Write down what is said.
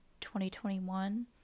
2021